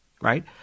right